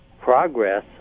progress